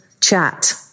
chat